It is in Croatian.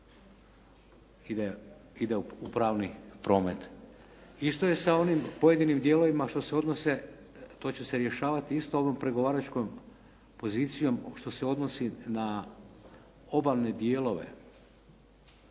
ide u pravni promet. Isto je sa onim pojedinim dijelovima što se odnose, to će se rješavati istom ovom pregovaračkom pozicijom što se odnosi na obalne dijelove